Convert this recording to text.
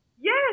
Yes